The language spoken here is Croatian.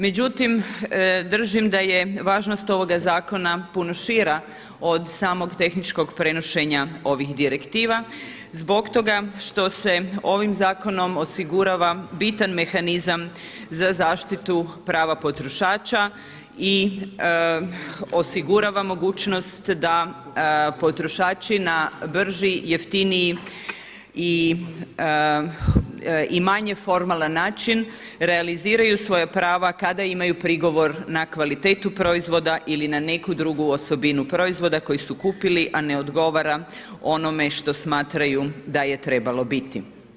Međutim, držim da je važnost ovoga zakona puno šira od samog tehničkog prenošenja ovih direktiva zbog toga što se ovim zakonom osigurava bitan mehanizam za zaštitu prava potrošača i osigurava mogućnost da potrošači na brži, jeftiniji i manje formalan način realiziraju svoja prava kada imaju prigovor na kvalitetu proizvoda ili na neku drugu osobinu proizvoda koji su kupili a ne odgovara onome što smatraju da bi trebalo biti.